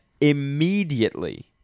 immediately